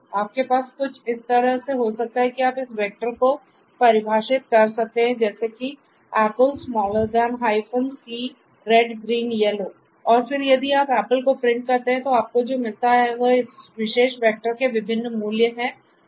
तो आपके पास कुछ इस तरह से हो सकता है कि आप इस वेक्टर को परिभाषित कर सकते हैं जैसे कि apple c और फिर यदि आप apple को प्रिंट करते हैं तो आपको जो मिलता है वह इस विशेष वेक्टर के विभिन्न मूल्य हैं "red" "green" "yellow"